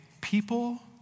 people